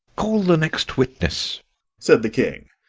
call the next witness said the king.